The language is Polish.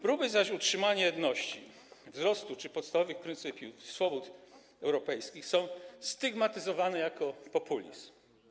Próby utrzymania jedności, wzrostu czy podstawowych pryncypiów i swobód europejskich są stygmatyzowane jako populizm.